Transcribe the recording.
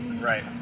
Right